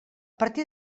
partir